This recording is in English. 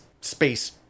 space